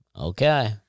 okay